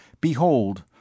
Behold